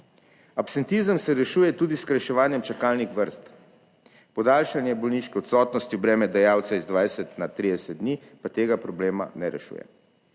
Absentizem se rešuje tudi s skrajševanjem čakalnih vrst, podaljšanje bolniške odsotnosti v breme dajalca z 20 na 30 dni pa tega problema ne rešuje.